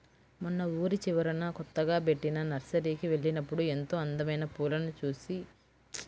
మొన్న ఊరి చివరన కొత్తగా బెట్టిన నర్సరీకి వెళ్ళినప్పుడు ఎంతో అందమైన పూలను పెంచుతుంటే చూశాను